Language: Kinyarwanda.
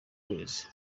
kwezi